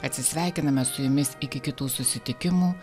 atsisveikiname su jumis iki kitų susitikimų